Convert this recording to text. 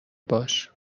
باش